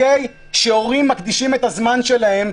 הורים מקדישים את הזמן שלהם,